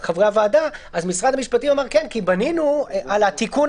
אז משרד המשפטים אמר שהם בנו על התיקון